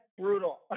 brutal